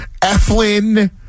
Eflin